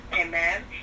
Amen